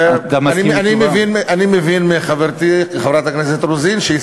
אני מבין מחברתי חברת הכנסת רוזין שהיא